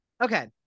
okay